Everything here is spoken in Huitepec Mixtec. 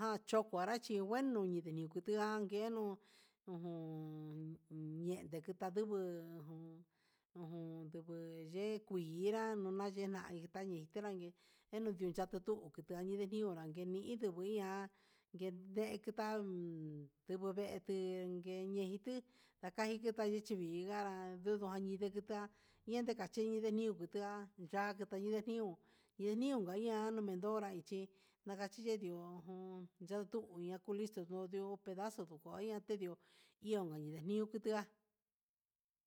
Na chó huarache ngueno ñindé ninjutuan nguenu ujun yende kita nduguu jun ujun che kuinrá unayenga ni color tanranngui inu ndi chanduu kundani ndenio, ndurangue ituu ngui ña'a ndekitan ndigo ve'eti ngueñiduu ndaka'a kita yii nganrá anduduni ni ngueta ndeka yeni nguita tutayini yunio yunio kain ña'a nuu mejonra ichi nakachi nde ndi'ó uun ndutuña nakulisto ondio plazo naku iña chendió iña ndame ñani hi iho ngutea.